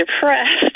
depressed